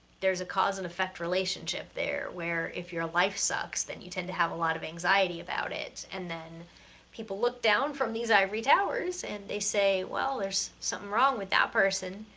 there's a cause and effect relationship there where if your life sucks then you tend to have a lot of anxiety about it, and then people look down from these ivory towers and they say, well, there's something wrong with that person,